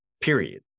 period